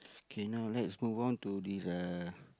K now let's move on to this uh